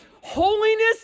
holiness